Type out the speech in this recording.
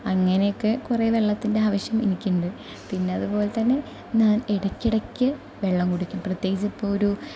അങ്ങനെയൊക്കെ കുറെ വെള്ളത്തിൻ്റെ ആവശ്യം എനിക്കുണ്ട് പിന്നെ അതുപോലെ തന്നെ ഞാൻ ഇടക്കിടക്ക് വെള്ളം കുടിക്കും പ്രത്യേകിച്ച് ഇപ്പോൾ ഒരു